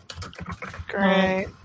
Great